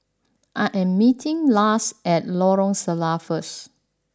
I am meeting Lars at Lorong Salleh first